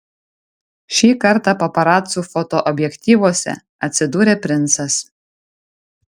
šį kartą paparacų fotoobjektyvuose atsidūrė princas